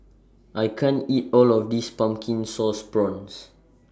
I can't eat All of This Pumpkin Sauce Prawns